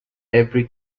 every